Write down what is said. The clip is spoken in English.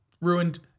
ruined